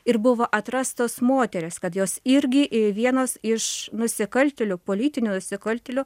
ir buvo atrastos moterys kad jos irgi i vienos iš nusikaltėlių politinių nusikaltėlių